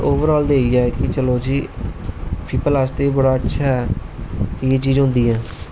over आल ते इयै कि चलो जी पीपल आस्तै बड़ा अच्छा ऐ एह् चीज होंदी ऐ